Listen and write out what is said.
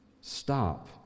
stop